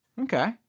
Okay